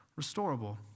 Restorable